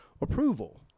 approval